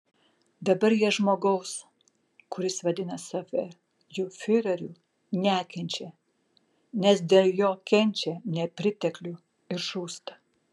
dabar jie žmogaus kuris vadina save jų fiureriu nekenčia nes dėl jo kenčia nepriteklių ir žūsta